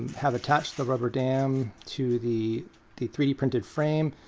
have attached the rubber dam to the the three d printed frame.